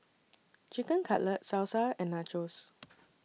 Chicken Cutlet Salsa and Nachos